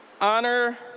honor